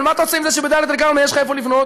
אבל מה אתה עושה בזה שבדאלית-אל-כרמל יש לך איפה לבנות,